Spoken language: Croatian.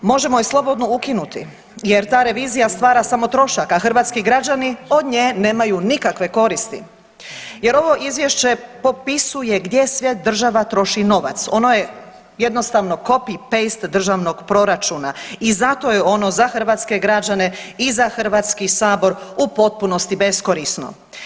Možemo je slobodno ukinuti jer ta revizija stvara samo trošak a hrvatski građani od nje nemaju nikakve koristi, jer ovo izvješće opisuje gdje sve država troši novac, ono je jednostavno copy-paste državnog proračuna i zato je ono za hrvatske građane i za Hrvatski sabor u potpunosti beskorisno.